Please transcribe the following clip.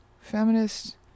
feminist